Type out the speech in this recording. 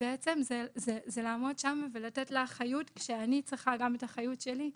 בעצם זה לעמוד שם ולתת לה חיות כשאני צריכה גם את החיות שלי.